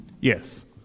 Yes